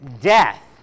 death